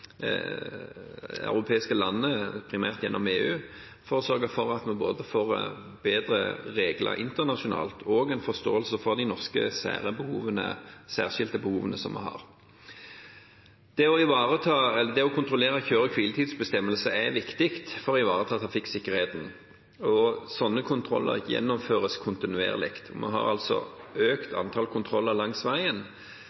europeiske landene, primært gjennom EU, for å sørge for at vi får både bedre regler internasjonalt og en forståelse for de norske særskilte behovene som vi har. Det å kontrollere kjøre- og hviletidsbestemmelser er viktig for å ivareta trafikksikkerheten, og sånne kontroller gjennomføres kontinuerlig. Vi har altså økt